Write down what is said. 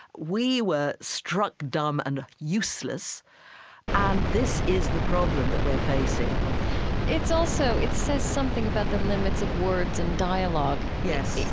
we were struck dumb and useless and this is the problem that we're facing it's also it says something about the limits of words and dialogue yes,